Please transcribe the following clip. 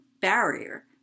barrier